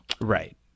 right